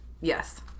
yes